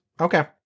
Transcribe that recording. Okay